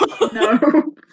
No